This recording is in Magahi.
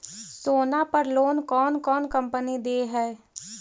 सोना पर लोन कौन कौन कंपनी दे है?